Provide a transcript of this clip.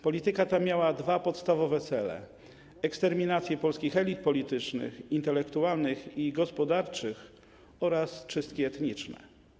Polityka ta miała dwa podstawowe cele: eksterminację polskich elit politycznych, intelektualnych i gospodarczych oraz czystki etniczne.